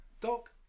Doc